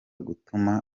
gutuma